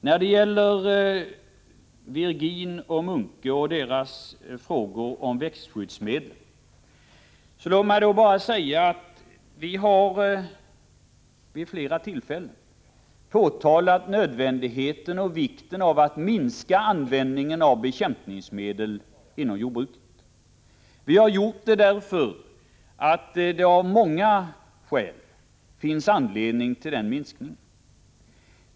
När det gäller Virgins och Munkes frågor om växtskyddsmedlen vill jag bara säga att vi vid flera tillfällen har pekat på nödvändigheten och vikten av att minska användningen av bekämpningsmedel inom jordbruket. Vi har gjort det därför att det av många skäl finns anledning till en sådan minskning.